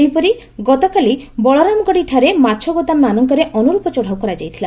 ସେହିପରି ଗତକାଲି ବଳରାମଗଡ଼ିଠାରେ ମାଛ ଗୋଦାମ ମାନଙ୍କରେ ଅନୁର୍ରପ ଚଢ଼ାଉ କରାଯାଇଥିଲା